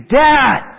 dad